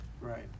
right